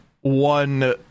one